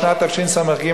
בשנת תשס"ג,